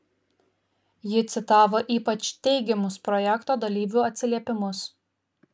ji citavo ypač teigiamus projekto dalyvių atsiliepimus